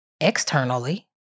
externally